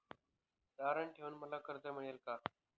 तारण ठेवून मला कर्ज मिळेल का?